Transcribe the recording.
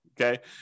Okay